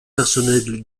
personnel